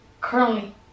currently